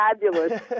fabulous